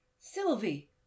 sylvie